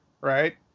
right